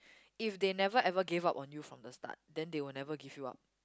if they never ever gave up on you from the start then they will never give you up